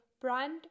brand